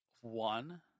One